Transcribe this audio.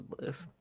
list